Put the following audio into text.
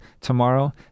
tomorrow